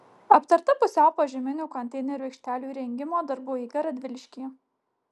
aptarta pusiau požeminių konteinerių aikštelių įrengimo darbų eiga radviliškyje